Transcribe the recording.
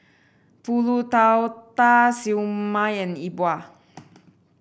pulut tatal Siew Mai and Yi Bua